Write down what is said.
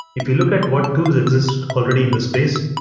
if you look at what tools exist already in this space,